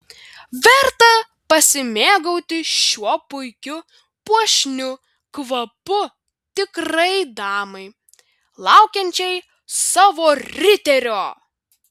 verta pasimėgauti šiuo puikiu puošniu kvapu tikrai damai laukiančiai savo riterio